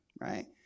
right